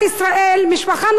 משפחה נורמטיבית,